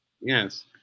Yes